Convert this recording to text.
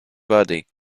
body